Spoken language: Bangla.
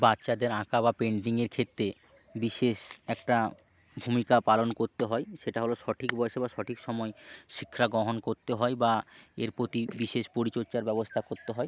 বাচ্চাদের আঁকা বা পেন্টিংয়ের ক্ষেত্রে বিশেষ একটা ভূমিকা পালন করতে হয় সেটা হলো সঠিক বয়েসে বা সঠিক সময়ে শিক্ষাগ্রহণ করতে হয় বা এর প্রতি বিশেষ পরিচর্যার ব্যবস্থা করতে হয়